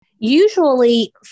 Usually